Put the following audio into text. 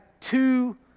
two